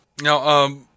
Now